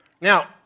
Now